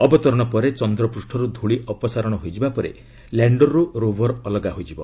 ଅବତରଣ ପରେ ଚନ୍ଦ୍ରପୃଷ୍ଠରୁ ଧୂଳି ଅପସାରଣ ହୋଇଯିବା ପରେ ଲ୍ୟାଣ୍ଡରରୁ ରୋଭର ଅଲଗା ହେବ